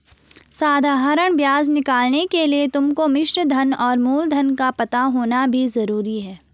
साधारण ब्याज निकालने के लिए तुमको मिश्रधन और मूलधन का पता होना भी जरूरी है